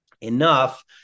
enough